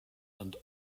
and